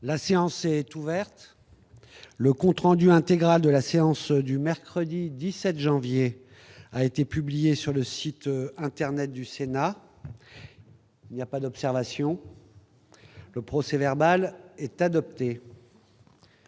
La séance est ouverte. Le compte rendu intégral de la séance du mercredi 17 janvier 2018 a été publié sur le site internet du Sénat. Il n'y a pas d'observation ?... Le procès-verbal est adopté.